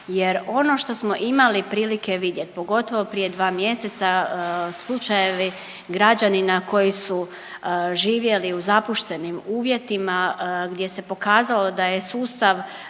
jer ono što smo imali prilike vidjet pogotovo prije dva mjeseca, slučajevi građanina koji su živjeli u zapuštenim uvjetima gdje se pokazalo da je sustav